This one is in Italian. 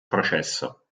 processo